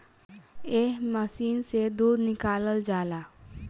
एह मशीन से दूध निकालल जाला